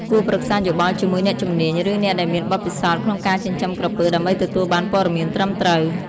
គួរប្រឹក្សាយោបល់ជាមួយអ្នកជំនាញ ឬអ្នកដែលមានបទពិសោធន៍ក្នុងការចិញ្ចឹមក្រពើ ដើម្បីទទួលបានព័ត៌មានត្រឹមត្រូវ។